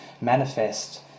manifest